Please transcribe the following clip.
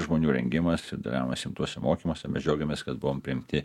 žmonių rengimas ir dalyvavimas rimtuose mokymuose mes džiaugiamės kad buvome priimti